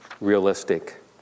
realistic